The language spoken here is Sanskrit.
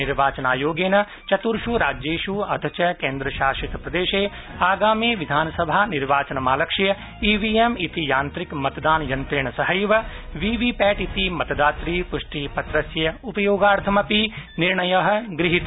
निर्वाचन आयोगेन चतुर्ष राज्येष् अथ च केन्द्रशासित प्रदेशे आगामि विधानसभा निर्वाचनमालक्ष्य ईवीएम ति यान्त्रिक मतदान यन्त्रेण सहैव मतदातृ पुष्टि पत्रस्य उपयोगार्थमपि निर्णयः गृहीतः